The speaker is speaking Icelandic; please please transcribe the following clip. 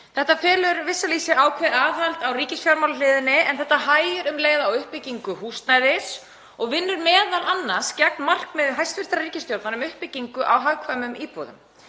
Þetta felur vissulega í sér ákveðið aðhald á ríkisfjármálahliðinni, en þetta hægir um leið á uppbyggingu húsnæðis og vinnur m.a. gegn markmiði hæstv. ríkisstjórnar um uppbyggingu á hagkvæmum íbúðum,